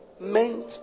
meant